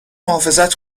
محافظت